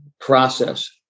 process